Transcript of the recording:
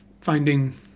finding